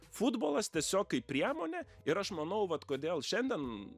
futbolas tiesiog kaip priemonė ir aš manau vat kodėl šiandien